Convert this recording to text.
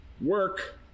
work